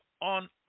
on